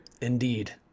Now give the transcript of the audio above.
Indeed